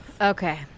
Okay